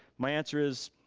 my answer is,